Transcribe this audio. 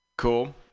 cool